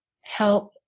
help